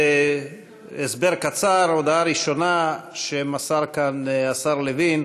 הסבר קצר: ההודעה הראשונה שמסר כאן השר לוין,